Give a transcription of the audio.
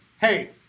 hey